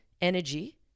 energy